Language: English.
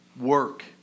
work